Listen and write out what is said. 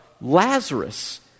Lazarus